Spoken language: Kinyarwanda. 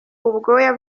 ubwoya